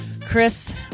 Chris